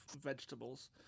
vegetables